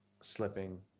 slipping